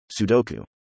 Sudoku